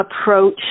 approach